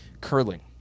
curling